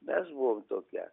mes buvom tokie